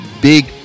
big